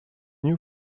new